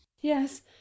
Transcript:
yes